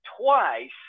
twice –